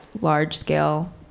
large-scale